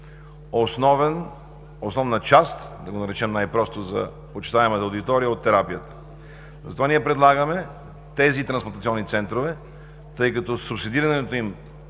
основна част, да го наречем най-просто за почитаемата аудитория, от терапията. Затова ние предлагаме тези трансплантационни центрове, тъй като субсидирането им